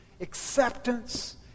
acceptance